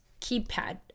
keypad